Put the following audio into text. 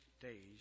days